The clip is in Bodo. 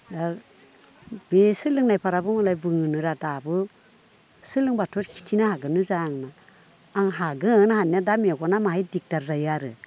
बे सोलोंनायफोराबो मालाय बुङोनोर' दाबो सोलोंब्लाथ' खिथिनो हागोननोजा आङो आं हागोन हानाया दा मेगना माहाय दिगदार जायो आरो